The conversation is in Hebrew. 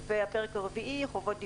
והפרק הרביעי חובות דיווח,